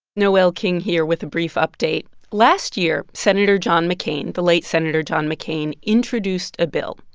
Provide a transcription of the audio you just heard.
noel king here with a brief update last year, senator john mccain the late senator john mccain introduced a bill.